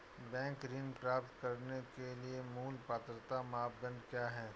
Bank ऋण प्राप्त करने के लिए मूल पात्रता मानदंड क्या हैं?